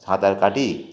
সাঁতার কাটি